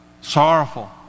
Sorrowful